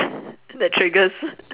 that triggers